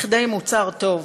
כדי מוצר טוב,